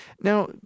Now